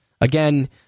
again